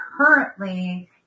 currently